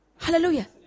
Hallelujah